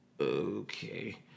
okay